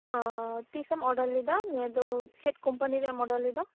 ᱚᱻ ᱛᱤᱥᱮᱢ ᱚᱰᱟᱨ ᱞᱮᱫᱟ ᱱᱤᱭᱟᱹ ᱫᱚ ᱪᱮᱫ ᱠᱳᱢᱯᱟᱱᱤ ᱨᱮᱢ ᱚᱰᱟᱨ ᱞᱮᱫᱟ